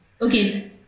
okay